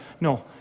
no